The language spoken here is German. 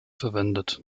verwendet